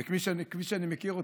וכפי שאני מכיר אותך,